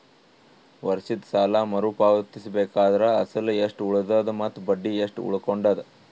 ವರ್ಷದ ಸಾಲಾ ಮರು ಪಾವತಿಸಬೇಕಾದರ ಅಸಲ ಎಷ್ಟ ಉಳದದ ಮತ್ತ ಬಡ್ಡಿ ಎಷ್ಟ ಉಳಕೊಂಡದ?